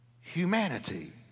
humanity